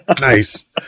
nice